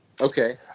okay